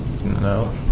No